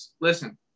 listen